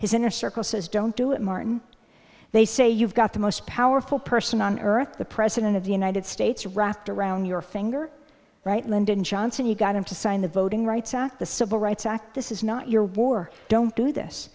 inner circle says don't do it martin they say you've got the most powerful person on earth the president of the united states wrapped around your finger right lyndon johnson you got him to sign the voting rights act the civil rights act this is not your war don't do this